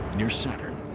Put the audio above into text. near saturn,